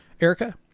Erica